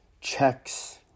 checks